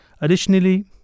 Additionally